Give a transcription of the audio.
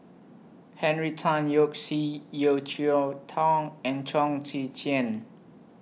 Henry Tan Yoke See Yeo Cheow Tong and Chong Tze Chien